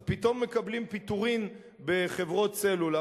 אז פתאום מקבלים פיטורין בחברות סלולר.